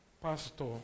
Pastor